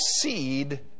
seed